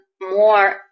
more